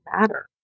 matter